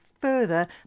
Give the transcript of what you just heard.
further